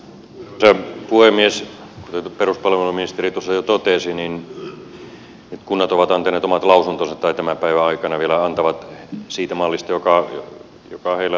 kuten peruspalveluministeri tuossa jo totesi niin nyt kunnat ovat antaneet omat lausuntonsa tai tämän päivän aikana vielä antavat siitä mallista joka heillä lausunnolla on ollut